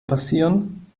passieren